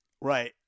Right